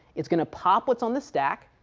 it's going to pop what's on the stack,